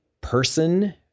person